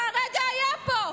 הוא הרגע היה פה.